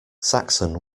saxon